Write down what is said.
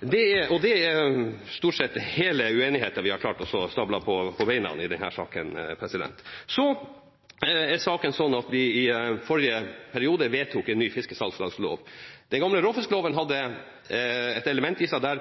Det er stort sett hele uenigheten vi har klart å stable på beina i denne saken. Så er saken sånn at vi i forrige periode vedtok en ny fiskesalgslagslov. Den gamle råfiskloven hadde et element i seg der